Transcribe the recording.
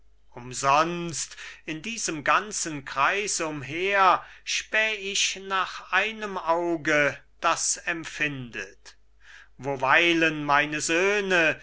umsonst in diesem ganzen kreis umher späh ich nach einem auge das empfindet wo weilen meine söhne